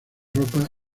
ropas